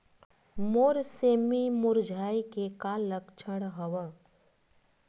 मोर सेमी मुरझाये के का लक्षण हवय?